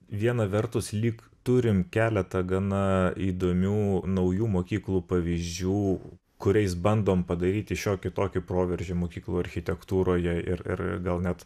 viena vertus lyg turim keletą gana įdomių naujų mokyklų pavyzdžių kuriais bandom padaryti šiokį tokį proveržį mokyklų architektūroje ir ir gal net